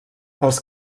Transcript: els